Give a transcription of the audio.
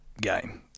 game